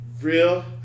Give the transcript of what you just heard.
Real